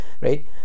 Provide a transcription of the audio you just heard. right